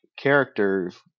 characters